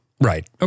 Right